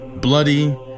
bloody